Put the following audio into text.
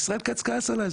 וישראל כץ כעס עליי,